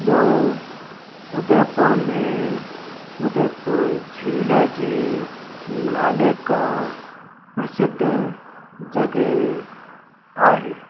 ॿियों उदयपुर में उदयपुर झील जे नाले सां प्रसिद्ध जॻह आहे